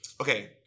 Okay